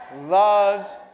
loves